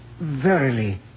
Verily